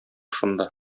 шунда